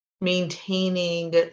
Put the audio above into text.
maintaining